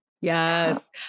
Yes